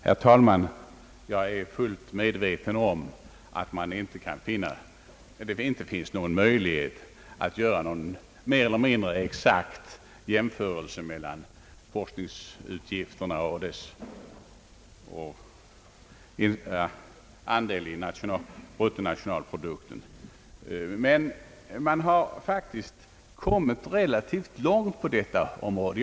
Herr talman! Jag är fullt medveten om att det inte finns någon möjlighet att göra en exakt jämförelse mellan forskningsutgifterna i olika länder och dessas andel i bruttonationalprodukten. Men man har faktiskt kommit relativt långt på detta område.